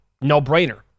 no-brainer